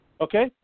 Okay